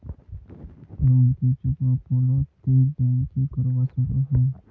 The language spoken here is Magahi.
लोन नी चुकवा पालो ते बैंक की करवा सकोहो?